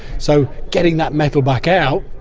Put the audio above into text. so getting that metal back out.